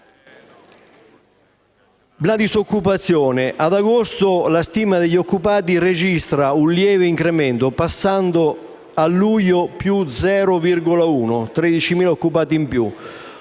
la disoccupazione, ad agosto la stima degli occupati registra un lieve incremento, passando, a luglio, a +0,1 con 13.000 occupati in più,